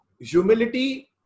Humility